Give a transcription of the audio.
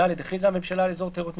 (ד)הכריזה הממשלה על אזור תיירות מיוחד,